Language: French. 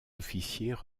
officiers